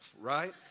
right